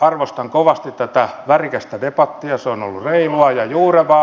arvostan kovasti tätä värikästä debattia se on ollut reilua ja juurevaa